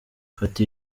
fata